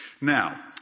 Now